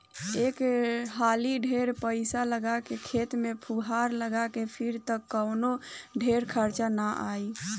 एक हाली ढेर पईसा लगा के खेत में फुहार लगा के फिर त कवनो ढेर खर्चा ना आई